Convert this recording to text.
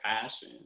passion